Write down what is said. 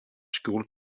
school